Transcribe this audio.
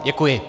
Děkuji.